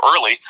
early